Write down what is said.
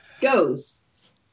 ghosts